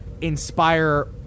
inspire